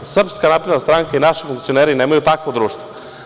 Srpska napredna stranka i naši funkcioneri nemaju takvo društvo.